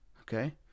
Okay